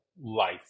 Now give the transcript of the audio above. Life